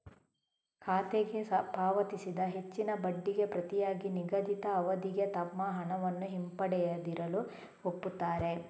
ಖಾತೆಗೆ ಪಾವತಿಸಿದ ಹೆಚ್ಚಿನ ಬಡ್ಡಿಗೆ ಪ್ರತಿಯಾಗಿ ನಿಗದಿತ ಅವಧಿಗೆ ತಮ್ಮ ಹಣವನ್ನು ಹಿಂಪಡೆಯದಿರಲು ಒಪ್ಪುತ್ತಾರೆ